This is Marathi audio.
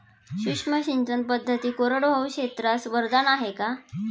सूक्ष्म सिंचन पद्धती कोरडवाहू क्षेत्रास वरदान आहे का?